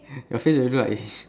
your face really look like